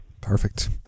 Perfect